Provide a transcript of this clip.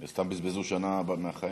הם סתם בזבזו שנה מהחיים.